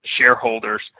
shareholders